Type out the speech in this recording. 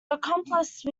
accomplice